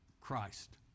Christ